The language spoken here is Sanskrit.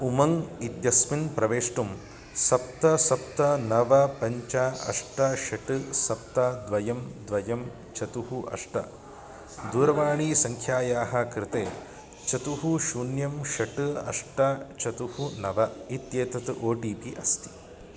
उमङ्ग् इत्यस्मिन् प्रवेष्टुं सप्त सप्त नव पञ्च अष्ट षट् सप्त द्वे द्वे चत्वारः अष्ट दूरवाणीसङ्ख्यायाः कृते चतुः शून्यं षट् अष्ट चत्वारः नव इत्येतत् ओ टि पि अस्ति